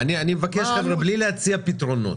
אני מבקש לא להציע פתרונות.